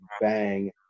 bang